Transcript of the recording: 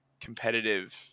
competitive